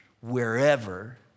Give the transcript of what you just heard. wherever